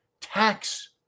tax